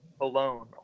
alone